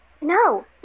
No